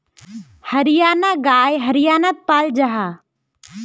हरयाना गाय हर्यानात पाल जाहा